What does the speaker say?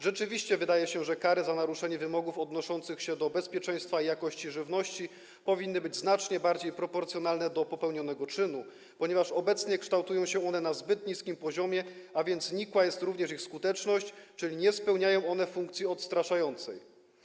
Rzeczywiście wydaje się, że kary za naruszenie wymogów odnoszących się do bezpieczeństwa i jakości żywności powinny być znacznie bardziej proporcjonalne do popełnionego czynu, ponieważ obecnie kształtują się one na zbyt niskim poziomie, a więc nikła jest również ich skuteczność, czyli nie spełniają one funkcji odstraszającej.